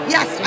Yes